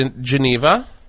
Geneva